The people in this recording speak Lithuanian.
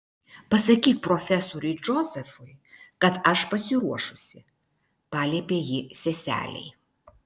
pasakyk profesoriui džozefui kad aš pasiruošusi paliepė ji seselei